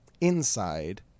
inside